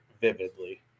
vividly